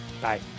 bye